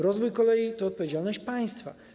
Rozwój kolei to odpowiedzialność państwa.